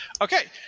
Okay